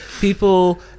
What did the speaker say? People